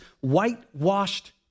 whitewashed